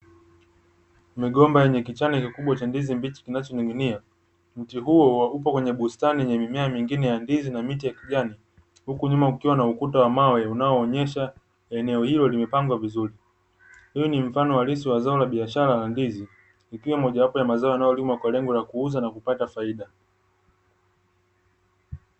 Migomba yenye kichane kikubwa cha ndizi mbichi kinachoning'inia. Mti huo upo kwenye bustani yenye mimea mingine ya ndizi na miti ya kijani. Huku nyuma kukiwa na ukuta wa mawe, unaoonyesha eneo hilo limepangwa vizuri. Huu mfano halisi la zao la biashara ya ndizi likiwa mojawapo ya zao yanayolimwa kwa lengo la kuuza na kupata faida.